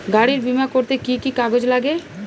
গাড়ীর বিমা করতে কি কি কাগজ লাগে?